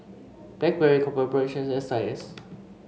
blackberry Copper Ridge and S I S